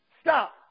stop